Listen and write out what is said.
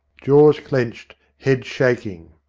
jaws clenched, head shaking.